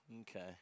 Okay